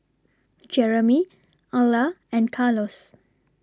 Jeremy Alla and Carlos